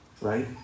Right